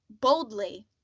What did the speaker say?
boldly